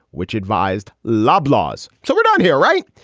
which advised loblaws. so we're done here, right?